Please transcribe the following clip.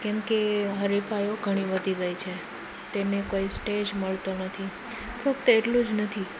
કેમકે હરિફાઇઓ ઘણી વધી ગઈ છે તેને કોઈ સ્ટેજ મળતો નથી ફક્ત એટલું જ નથી